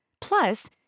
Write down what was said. Plus